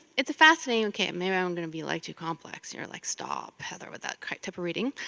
it's a fascinating. okay, maybe i'm gonna be like too complex like, stop heather with that type of reading.